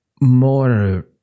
more